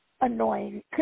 annoying